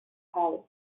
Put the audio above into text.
house